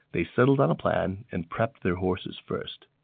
they settled on a plan and prepped their horses first.